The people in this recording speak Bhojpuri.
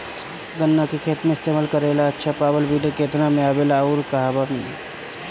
गन्ना के खेत में इस्तेमाल करेला अच्छा पावल वीडर केतना में आवेला अउर कहवा मिली?